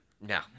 No